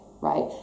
right